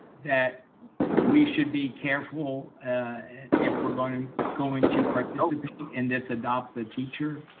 that we should be careful if we're going going to participate in this adopt the teacher.